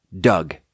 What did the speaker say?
Doug